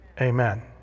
amen